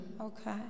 Okay